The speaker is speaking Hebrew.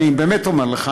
אני באמת אומר לך,